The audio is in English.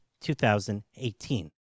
2018